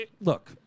look